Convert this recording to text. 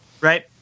right